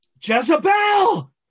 Jezebel